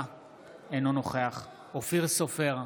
אינו נוכח יבגני סובה, אינו נוכח אופיר סופר,